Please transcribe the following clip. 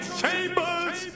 chambers